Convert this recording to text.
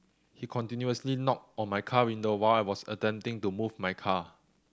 he continuously knocked on my car window while I was attempting to move my car